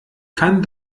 kann